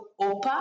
Opa